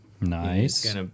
Nice